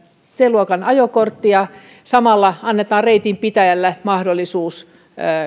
luokan ajokorttia ja samalla annetaan reitinpitäjälle mahdollisuus